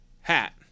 hat